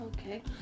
Okay